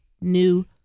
new